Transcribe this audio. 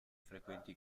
frequenti